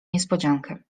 niespodziankę